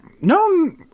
No